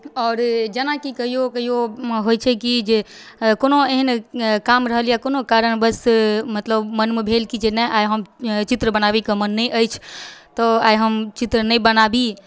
आओर जेनाकि कहिओ कहिओमे होइ छै कि जे कोनो एहन काम रहल या कोनो कारणवश मतलब कि मनमे भेल जे नहि आइ हम चित्र बनाबैके मन नहि अछि तऽ आइ हम चित्र नहि बनाबी